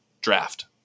draft